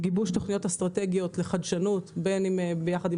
גיבוש תוכניות אסטרטגיות לחדשנות יחד עם